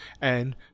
and